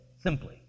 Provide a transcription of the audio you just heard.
simply